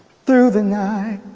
through the night.